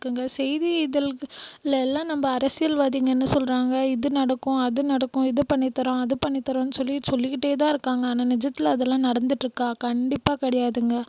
செய்தி இதழ்கள் லெல்லாம் நம்ப அரசியல் வாதிங்க என்ன சொல்றாங்க இது நடக்கும் அது நடக்கும் இது பண்ணித்தரோம் அது பண்ணித்தரோம் சொல்லி சொல்லிக்கிட்டே தான் இருக்காங்க ஆனால் நிஜத்தில் அதெல்லாம் நடந்துட்ருக்கா கண்டிப்பாக கிடையாதுங்க